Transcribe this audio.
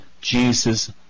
Jesus